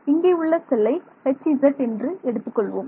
இங்கே உள்ள செல்லை Hz என்று எடுத்துக்கொள்வோம்